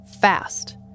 fast